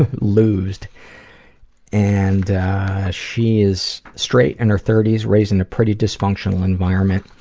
ah losed and she is straight, in her thirties, raised in a pretty dysfunctional environment.